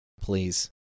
Please